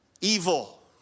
evil